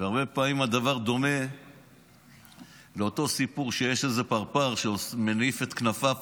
והרבה פעמים הדבר דומה לאותו סיפור שיש איזה פרפר שמניף את כנפיו